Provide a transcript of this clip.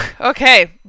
Okay